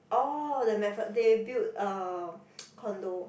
orh the MacPher~ they build um condo